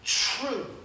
true